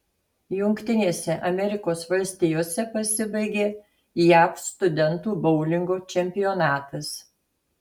jungtinėse amerikos valstijose pasibaigė jav studentų boulingo čempionatas